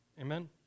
Amen